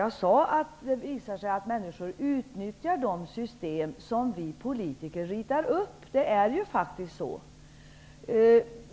Jag sade att det visar sig att människor utnyttjar de system som vi politiker ritar upp. Det är faktiskt så.